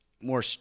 more